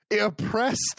Oppressed